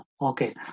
Okay